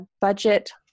budget